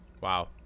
Wow